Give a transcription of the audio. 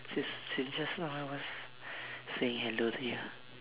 since since just now I was saying hello to you